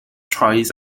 twice